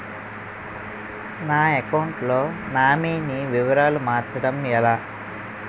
నా అకౌంట్ లో నామినీ వివరాలు మార్చటం ఎలా?